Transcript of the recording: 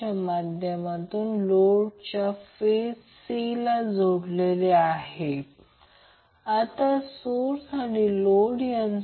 तर आता Van angle 0° मिळाले Vbn अँगल 120° या प्रकरणात सीरिज सिक्वेन्स आणि Vcn अँगल 120°